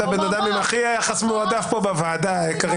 ולכן מן הראוי להתייחס באופן כללי להצעת החוק ולא לרדת לפרטיה.